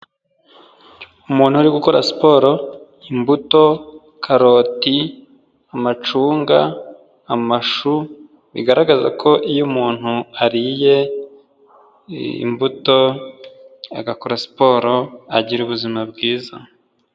Umuntu uri gukora siporo, imbuto, karoti, amacunga, amashu, bigaragaza ko iyo umuntu ariye imbuto agakora siporo, agira ubuzima bwiza.